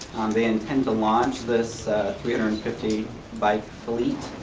they intend to launch this three hundred and fifty bike fleet,